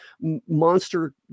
monster